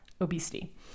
obesity